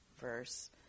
verse